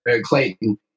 Clayton